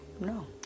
No